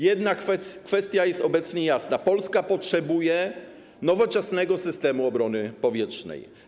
Jedna kwestia jest obecnie jasna - Polska potrzebuje nowoczesnego systemu obrony powietrznej.